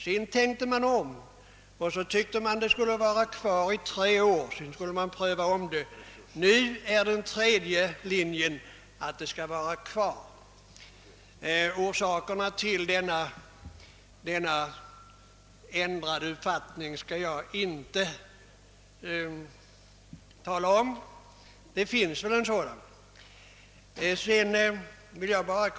Sedan tänkte man om och tyckte att det skulle vara kvar i tre år, varefter man skulle ompröva saken. Nu är den tredje linjen att det skall vara kvar. Orsaken till denna ändrade uppfattning skall jag inte ingå på, men det finns väl en sådan orsak.